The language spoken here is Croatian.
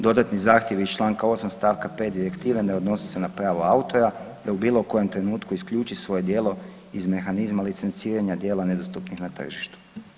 Dodatni zahtjev iz čl. 8. st. 5. direktive ne odnosi se na pravo autora, te u bilo kojem trenutku isključi svoje djelo iz mehanizma licenciranja djela nedostupnih na tržištu.